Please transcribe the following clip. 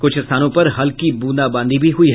कुछ स्थानों पर हल्की बूंदाबांदी भी हुयी